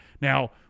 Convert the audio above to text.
Now